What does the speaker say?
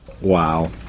Wow